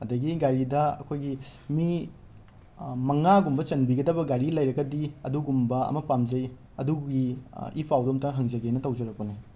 ꯑꯗꯒꯤ ꯒꯥꯔꯤꯗ ꯑꯩꯈꯣꯏꯒꯤ ꯃꯤ ꯃꯉꯥꯒꯨꯝꯕ ꯆꯟꯕꯤꯒꯗꯕ ꯒꯥꯔꯤ ꯂꯩꯔꯒꯗꯤ ꯑꯗꯨꯒꯨꯝꯕ ꯑꯃ ꯄꯥꯝꯖꯩ ꯑꯗꯨꯒꯤ ꯏ ꯄꯥꯎꯗꯣ ꯑꯝꯇ ꯍꯪꯖꯒꯦꯅ ꯇꯧꯖꯔꯛꯄꯅꯤ